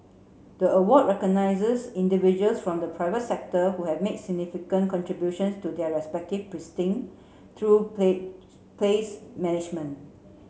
the award recognises individuals from the private sector who have made significant contributions to their respective through place management